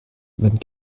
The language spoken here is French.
vingt